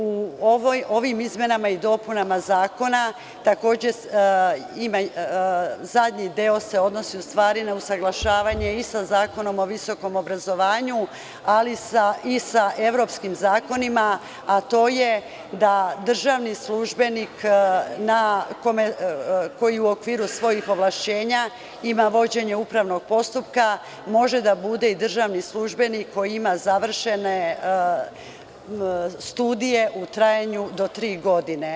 U ovim izmenama i dopunama zakona takođe se zadnji deo odnosi u stvari na usaglašavanje i sa Zakonom o visokom obrazovanju, ali i sa evropskim zakonima, a to je da državni službenik koji u okviru svojih ovlašćenja ima vođenje upravnog postupka može da bude i državni službenik koji ima završene studije u trajanju do tri godine.